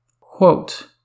Quote